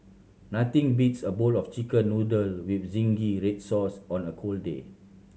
nothing beats a bowl of Chicken Noodle with zingy red sauce on a cold day